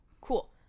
cool